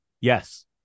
yes